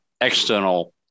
external